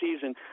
season